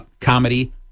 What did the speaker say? comedy